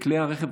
תראו,